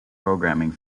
programming